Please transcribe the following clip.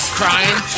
crying